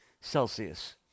Celsius